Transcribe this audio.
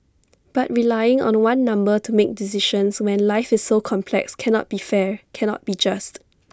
but relying on one number to make decisions when life is so complex cannot be fair cannot be just